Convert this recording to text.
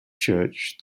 church